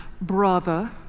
brother